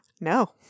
No